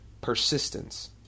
persistence